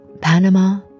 Panama